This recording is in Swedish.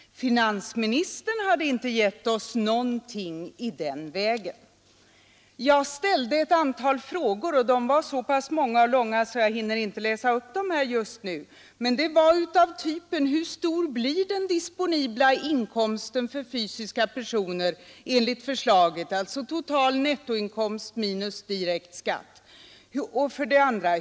Finansministern hade inte gett oss någonting i den vägen. Jag ställde ett antal frågor, som jag ansåg borde belysas. Det gällde t.ex.: Hur stor blir den disponibla inkomsten för fysiska personer enligt förslaget alltså total nettoinkomst minus direkt skatt?